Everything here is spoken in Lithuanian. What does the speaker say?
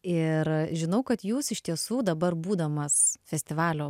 ir žinau kad jūs iš tiesų dabar būdamas festivalio